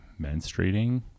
menstruating